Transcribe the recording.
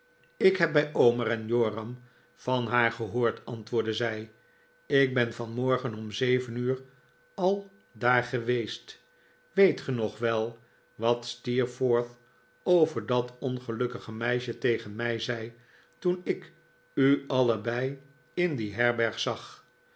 ik heb bij omer en joram van haar gehoord antwoordde zij ik ben vanmorgen om zeven uur al daar geweest weet ge nog wel wat steerfofth over dat ongelukkige meisje tegen mij zei toen ik u allebei in die herbefg zag